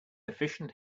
efficient